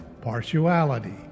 partiality